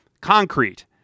concrete